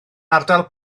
ardal